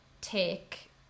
take